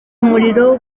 umuriro